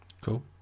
Cool